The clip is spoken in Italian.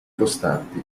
costanti